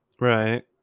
Right